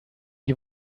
you